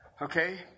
Okay